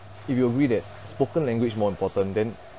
if you agree that spoken language more important than